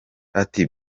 ati